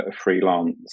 freelance